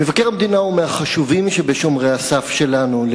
מבקר המדינה הוא מהחשובים שבשומרי הסף שלנו על